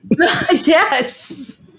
Yes